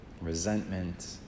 resentment